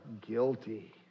guilty